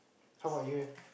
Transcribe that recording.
how about you